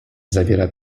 zawiera